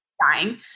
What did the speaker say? dying